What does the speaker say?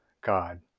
God